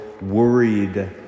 worried